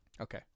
Okay